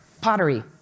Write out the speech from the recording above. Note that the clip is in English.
pottery